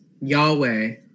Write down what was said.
Yahweh